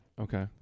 Okay